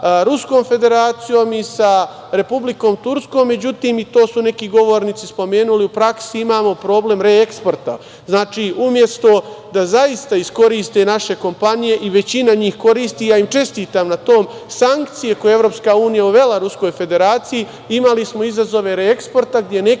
i sa Republikom Turskom. Međutim, i to su neki govornici spomenuli, u praksi imamo problem reeksporta. Znači, umesto da zaista iskoriste naše kompanije, većina njih koristi, ja im čestitam na tom, sankcije koja je EU uvela Ruskoj Federaciji, imali smo izazove reeksporta gde neki